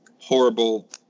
horrible